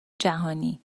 جهانی